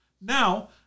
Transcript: now